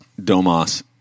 Domas